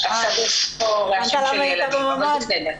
אי אפשר יהיה להחזיר אותך לתעסוקה עד שלא יחזירו את הילדים למסגרות.